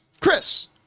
Chris